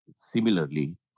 Similarly